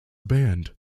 band